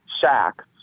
sack